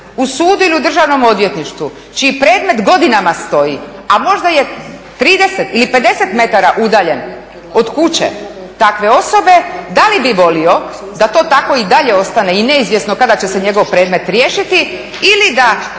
u sudu ili u državnom odvjetništvu čiji predmet godinama stoji, a možda je 30 ili 50 metara udaljen od kuće takve osobe da li bi volio da to tako i dalje ostane i neizvjesno kada će se njegov predmet riješiti ili da